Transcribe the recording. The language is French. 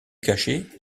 caché